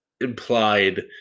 implied